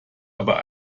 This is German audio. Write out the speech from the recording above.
aber